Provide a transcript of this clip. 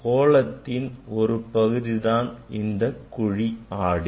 கோளத்தின் ஒரு பகுதி தான் இந்த குழி ஆடி